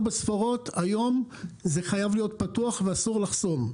היום זה חייב להיות פתוח ואסור לחסום.